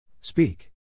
Speak